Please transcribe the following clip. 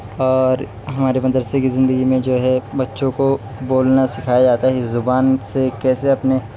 اور ہمارے مدرسے کی زندگی میں جو ہے بچوں کو بولنا سکھایا جاتا ہے اس زبان سے کیسے اپنے